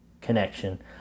connection